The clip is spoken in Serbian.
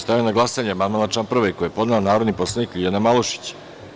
Stavljam na glasanje amandman na član 1. koji je podneo narodni poslanik Miodrag Linta.